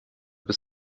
bis